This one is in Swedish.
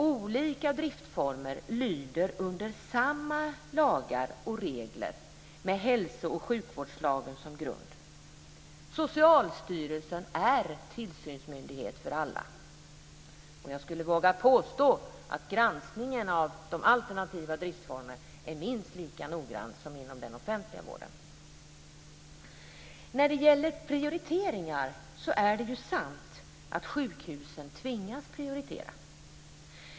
Olika driftformer lyder under samma lagar och regler med hälsooch sjukvårdslagen som grund. Socialstyrelsen är tillsynsmyndighet för alla. Jag vågar påstå att granskningen av de alternativa driftformerna är minst lika noggrann som inom den offentliga vården. När det gäller prioriteringar är det sant att sjukhusen tvingas att prioritera.